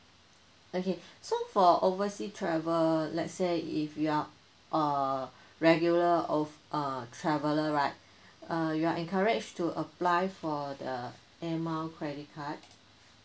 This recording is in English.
okay so for oversea travel let's say if you are a regular of uh traveller right uh you are encouraged to apply for the air mile credit card